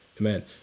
amen